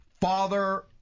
father